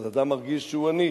אז אדם מרגיש שהוא עני.